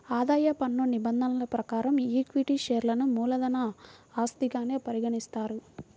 ఆదాయ పన్ను నిబంధనల ప్రకారం ఈక్విటీ షేర్లను మూలధన ఆస్తిగానే పరిగణిస్తారు